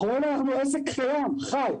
אנחנו עסק קיים וחי.